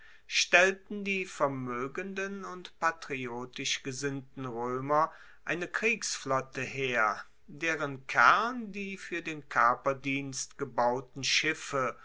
stellten die vermoegenden und patriotisch gesinnten roemer eine kriegsflotte her deren kern die fuer den kaperdienst gebauten schiffe